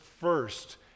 first